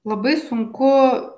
labai sunku